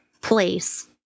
place